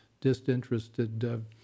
disinterested